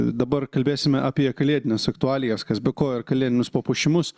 dabar kalbėsime apie kalėdines aktualijas kas be ko ir kalėdinius papuošimus